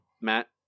Matt